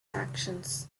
actions